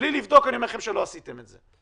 בלי לבדוק אני אומר לכם שלא עשיתם את זה,